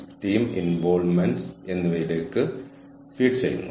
നിങ്ങൾ അതേ കാര്യം തന്നെ കുറഞ്ഞ വിലയ്ക്ക് വാഗ്ദാനം ചെയ്യുന്നു